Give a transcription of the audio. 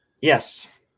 Yes